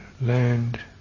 land